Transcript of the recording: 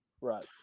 Right